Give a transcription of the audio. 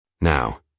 Now